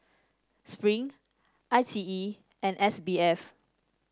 Spring I T E and S B F